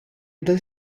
dal